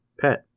pet